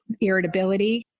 irritability